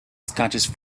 scottish